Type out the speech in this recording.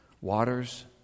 Waters